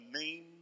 name